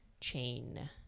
chain